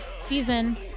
season